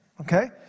okay